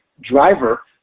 driver